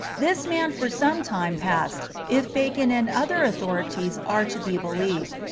this man for some time past, if bacon and other authorities are to be believed,